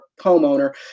homeowner